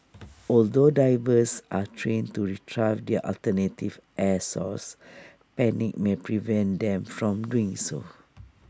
although divers are trained to Retrieve their alternative air source panic may prevent them from doing so